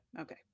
Okay